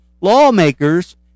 Lawmakers